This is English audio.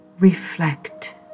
Reflect